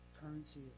currency